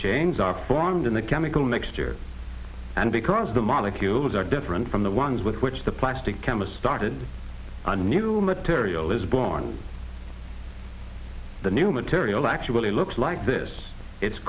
chains are formed in the chemical next year and because the molecules are different from the ones with which the plastic chemists started a new material is born the new material actually looks like this it's